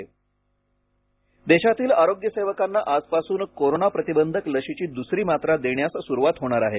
corona लसीकरण देशातील आरोग्य सेवकांना आजपासून कोरोना प्रतिबंधक लशीची दुसरी मात्रा देण्यास सुरुवात होणार आहे